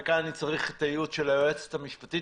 וכאן אני צריך את הייעוץ של היועצת המשפטית,